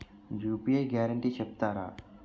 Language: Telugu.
యూ.పీ.యి గ్యారంటీ చెప్తారా?